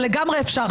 זה לגמרי אפשר.